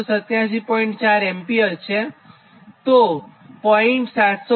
4 ampere છેજે 0